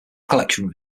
collection